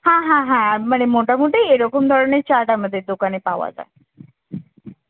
হ্যাঁ হ্যাঁ হ্যাঁ মানে মোটামুটি এরকম ধরনের চাট আমাদের দোকানে পাওয়া যায়